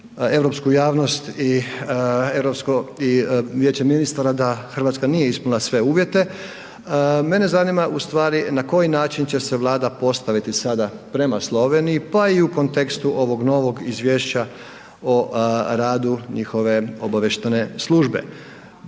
europsku javnost i europsko i Vijeće ministara da Hrvatska nije ispunila sve uvjete, mene zanima ustvari na koji način će se Vlada postaviti sada prema Sloveniji pa i u kontekstu ovog novog izvješća o radu njihove obavještajne službe.